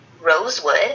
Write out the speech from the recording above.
rosewood